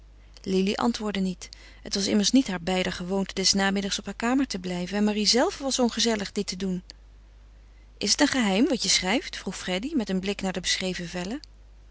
lili antwoordde niet het was immers niet haar beider gewoonte des namiddags op haar kamer te blijven en marie zelve was ongezellig dit te doen is het een geheim wat je schrijft vroeg freddy met een blik naar de beschreven vellen